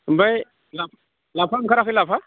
ओमफ्राय लाफा ओंखाराखै लाफा